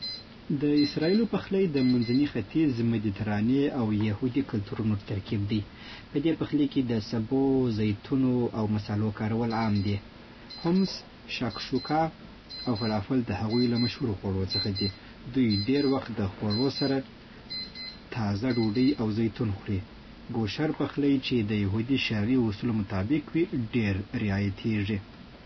د اسراییلو پخلی د منځني ختیځ، مدیترانې، او یهودي کلتورونو ترکیب دی. په دې پخلي کې د سبو، زیتونو، او مصالحو کارول عام دي. حمص، شاکشوکا، او فلافل د هغوی له مشهورو خوړو څخه دي. دوی ډېر وخت د خوړو سره تازه ډوډۍ او زیتون خوري. کوشر پخلی، چې د یهودي شرعي اصولو مطابق وي، ډېر رعایتېږي.